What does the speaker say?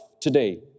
today